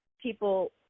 people